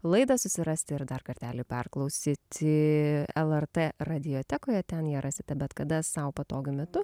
laidą susirasti ir dar kartelį perklausyti lrt radiotekoje ten ją rasite bet kada sau patogiu metu